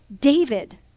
David